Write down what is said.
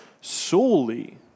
solely